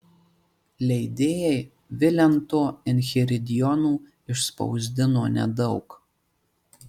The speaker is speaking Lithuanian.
leidėjai vilento enchiridionų išspausdino nedaug